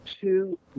two